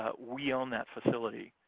but we own that facility.